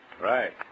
Right